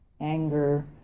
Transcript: anger